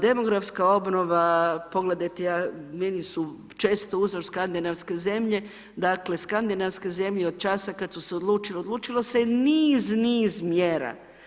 Demografska obnova, pogledajte meni su često uzor skandinavske zemlje, dakle skandinavske zemlje od časa kada su se odlučile, odlučilo se niz, niz mjera.